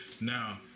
Now